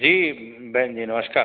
जी बहेन जी नमस्कार